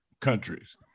countries